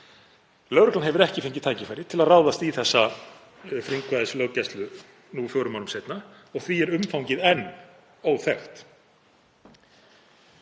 Lögreglan hefur ekki fengið tækifæri til að ráðast í þessa frumkvæðislöggæslu nú fjórum árum seinna og því er umfangið enn óþekkt.